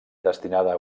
destinada